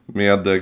med